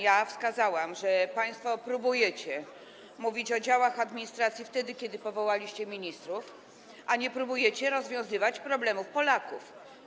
Ja wskazałam, że państwo próbujecie mówić o działach administracji, wtedy kiedy powołaliście ministrów, a nie próbujecie rozwiązywać problemów Polaków.